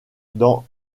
dans